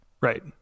right